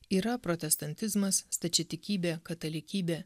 yra protestantizmas stačiatikybė katalikybė